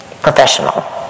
professional